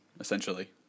Essentially